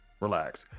relax